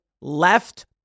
left